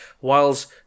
Whilst